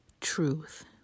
truth